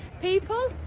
people